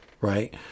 right